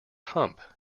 hump